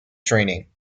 training